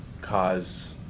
cause